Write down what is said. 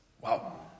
Wow